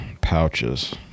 pouches